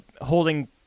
holding